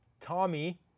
Tommy